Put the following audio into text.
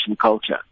culture